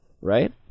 right